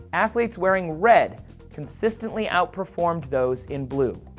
athletes wearing red consistently outperformed those in blue!